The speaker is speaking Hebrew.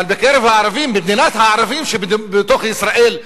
אבל בקרב הערבים במדינת הערבים שבתוך ישראל,